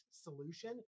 solution